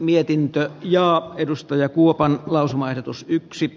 mietintöön ja edustaja kuopan lausumaehdotus yksi